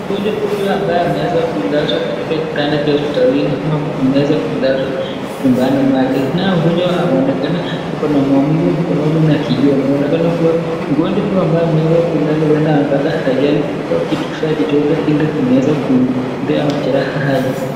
Mgonjwa huyu ambaye ameweza kulazwa katika kitanda cha hospitalini au ameweza kulazwa nyumbani mwake, naye mgonjwa kuonekana yuko na maumivu mikononi na kivhawani. Anaonekana kuwa mgonjwa huyu ambaye ameweza kulala huenda amepata ajali au kitu kifaa chochote Ile imeweza kumpea majeraha haya.